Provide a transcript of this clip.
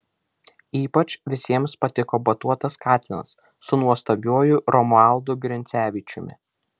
ypač visiems patiko batuotas katinas su nuostabiuoju romualdu grincevičiumi